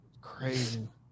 crazy